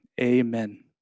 Amen